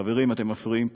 חברים, אתם מפריעים פה.